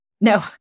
No